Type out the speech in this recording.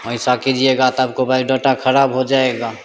ऐसा कीजिएगा तो आपका बायोडाटा खराब हो जाएगा